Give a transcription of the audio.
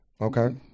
okay